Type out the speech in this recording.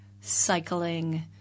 cycling